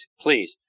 please